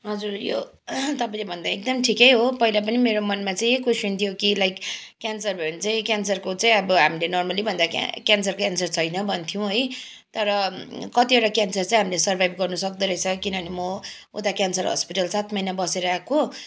हजुर यो तपाईँले भन्दा एकदम ठिक हो पहिला पनि मेरो मनमा चाहिँ यही क्वेसन थियो कि लाइक क्यान्सर भयो भने चाहिँ क्यान्सरको चाहिँ अब हामीले नर्मली भन्दा क्यान्सर क्यान्सर छैन भन्थ्यौँ है तर कतिवटा क्यान्सर चाहिँ हामीले सर्भाइभ गर्नु सक्दो रहेछ किनभने म उता क्यान्सर हस्पिटल सात महिना बसेर आएको